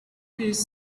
piece